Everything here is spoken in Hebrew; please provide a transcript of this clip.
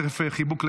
ותכף חיבוק למטה.